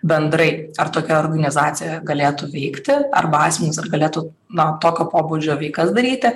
bendrai ar tokia organizacija galėtų vykti arba asmenys galėtų na tokio pobūdžio veikas daryti